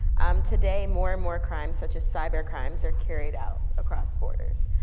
um today, more and more crime, such as cyber crimes, are carried out across borders.